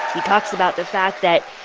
he talks about the fact that,